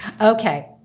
Okay